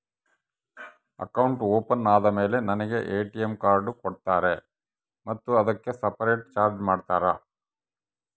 Account open ಆದಮೇಲೆ ನನಗೆ ATM card ಕೊಡ್ತೇರಾ ಮತ್ತು ಅದಕ್ಕೆ ಸಪರೇಟ್ ಚಾರ್ಜ್ ಮಾಡ್ತೇರಾ?